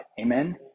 Amen